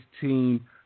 team